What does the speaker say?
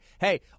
hey